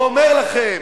ואומר לכם: